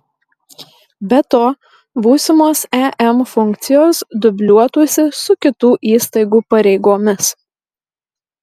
be to būsimos em funkcijos dubliuotųsi su kitų įstaigų pareigomis